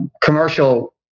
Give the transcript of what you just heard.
commercial